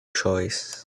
choice